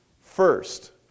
first